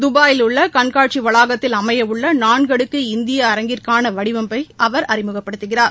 தபாயில் உள்ள கண்காட்சி வளாகத்தில் அமையவுள்ள நான்கு அடுக்கு இந்திய அரங்கிற்கான வடிவமைப்பை அவர் அறிமுகப்படுத்துகிறார்